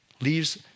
Leaves